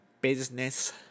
Business